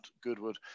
Goodwood